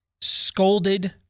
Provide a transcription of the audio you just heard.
scolded